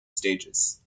stages